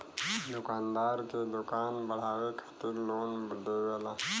दुकानदार के दुकान बढ़ावे खातिर लोन देवेला